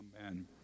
Amen